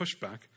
pushback